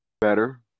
better